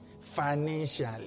financially